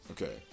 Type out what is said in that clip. Okay